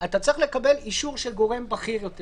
אתה צריך לקבל אישור של גורם בכיר יותר